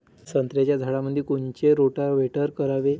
संत्र्याच्या झाडामंदी कोनचे रोटावेटर करावे?